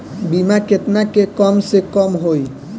बीमा केतना के कम से कम होई?